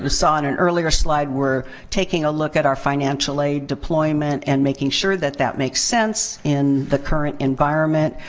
saw, in an earlier slide, we're taking a look at our financial aid deployment and making sure that that makes sense in the current environment.